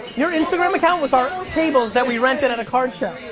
your instagram account was our tables that we rented at a card show.